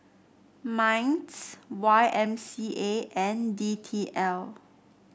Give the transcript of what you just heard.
Minds Y M C A and D T L